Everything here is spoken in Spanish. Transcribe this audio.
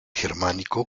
germánico